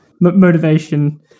motivation